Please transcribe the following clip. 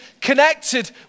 connected